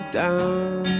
down